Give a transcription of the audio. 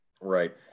Right